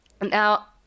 now